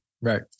right